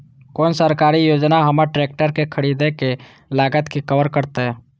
कोन सरकारी योजना हमर ट्रेकटर के खरीदय के लागत के कवर करतय?